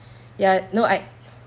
ya no I